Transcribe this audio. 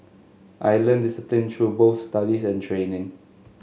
I learnt discipline through both studies and training